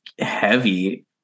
heavy